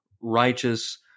righteous